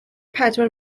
pedwar